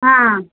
ஆ